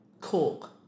cork